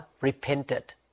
repented